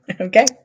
Okay